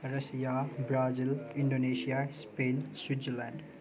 Russia Brazil Indonesia Spain Switzerland